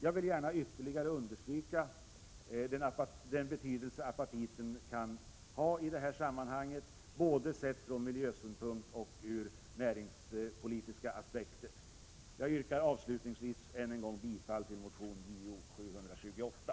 Jag vill gärna ytterligare understryka apatitens betydelse i detta sammanhang, sett både från miljösynpunkt och ur näringspolitiska aspekter. Jag yrkar avslutningsvis än en gång bifall till motion Jo728.